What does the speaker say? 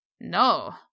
No